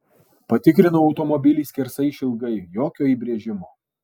patikrinau automobilį skersai išilgai jokio įbrėžimo